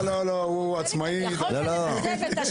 כלומר, ניתן החזר גם אם זה מד"א וגם אם זה לא.